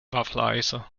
wafelijzer